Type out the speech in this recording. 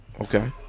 Okay